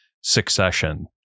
Succession